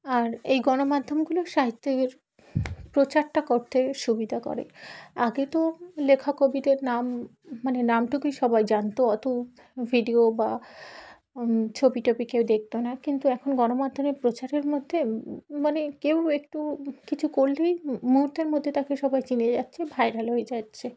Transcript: আর এই গণমাধ্যমগুলো সাহিত্যের প্রচারটা করতে সুবিধা করে আগে তো লেখা কবিদের নাম মানে নামটুকুই সবাই জানত অত ভিডিও বা ছবি টবি কেউ দেখত না কিন্তু এখন গণমাধ্যমে প্রচারের মধ্যে মানে কেউ একটু কিছু করলেই মুহর্তের মধ্যে তাকে সবাই চিনে যাচ্ছে ভাইরাল হয়ে যাচ্ছে